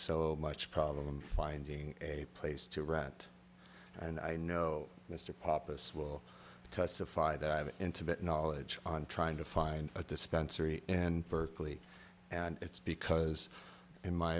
so much problem finding a place to rent and i know mr pop us will testify that i have an intimate knowledge on trying to find a dispensary and berkeley and it's because in my